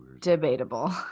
debatable